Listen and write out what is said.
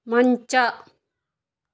ಮಂಚ